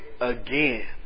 again